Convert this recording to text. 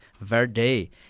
Verde